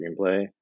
screenplay